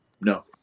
No